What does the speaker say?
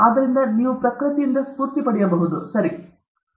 ಆದ್ದರಿಂದ ನೀವು ಪ್ರಕೃತಿಯಿಂದ ಸ್ಫೂರ್ತಿ ಪಡೆಯಬಹುದು ಸರಿ ಸರಿ